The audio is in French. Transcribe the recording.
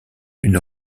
une